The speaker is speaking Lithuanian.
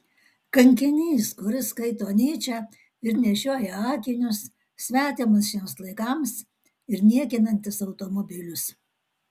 kankinys kuris skaito nyčę ir nešioja akinius svetimas šiems laikams ir niekinantis automobilius